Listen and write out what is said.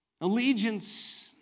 Allegiance